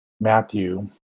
matthew